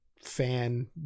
fan